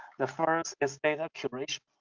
the first is data curation.